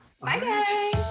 bye